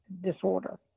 disorder